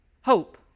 hope